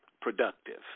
productive